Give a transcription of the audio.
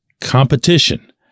competition